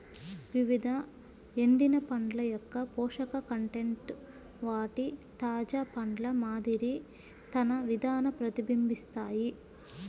వివిధ ఎండిన పండ్ల యొక్కపోషక కంటెంట్ వాటి తాజా పండ్ల మాదిరి తన విధాన ప్రతిబింబిస్తాయి